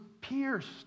pierced